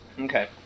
Okay